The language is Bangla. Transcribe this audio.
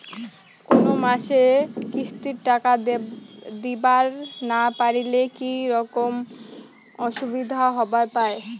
কোনো মাসে কিস্তির টাকা দিবার না পারিলে কি রকম অসুবিধা হবার পায়?